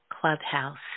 Clubhouse